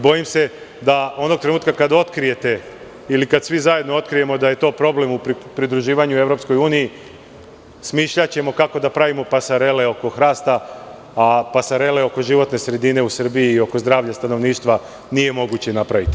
Bojim se da ćemo onog trenutka kad otkrijete ili kad svi zajedno otkrijemo da je to problem u pridruživanju EU, tada razmišljati kako da pravimo pasarele oko hrasta, a pasarele oko životne sredine u Srbiji i oko zdravlja stanovništva nije moguće napraviti.